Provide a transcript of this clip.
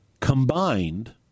combined